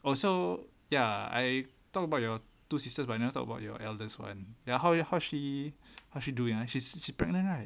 also ya I talk about your two sisters by never talk about your elders one ya how are how she how she doing ah she's she's pregnant right